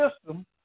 system